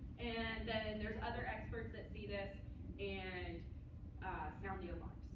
and then there's other experts that see this and sound the alarm.